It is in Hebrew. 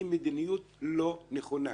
היא מדיניות לא נכונה.